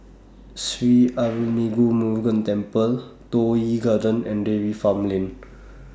Sri Arulmigu Murugan Temple Toh Yi Garden and Dairy Farm Lane